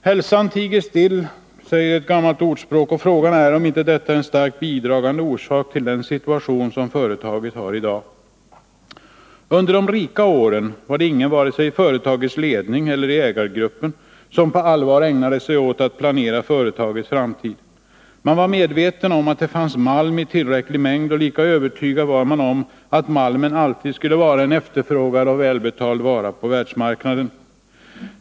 Hälsan tiger still, säger ett gammalt ordspråk, och frågan är om inte detta är en starkt bidragande orsak till den situation som LKAB i dag befinner sig i. Under de rika åren var det inte någon vare sig i företagets ledning eller i ägargruppen som på allvar ägnade sig åt att planera företagets framtid. Man var medveten om att det fanns malm i tillräcklig mängd, och lika övertygad var man om att malmen alltid skulle vara en efterfrågad och välbetald vara på . världsmarknaden.